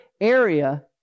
area